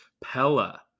Pella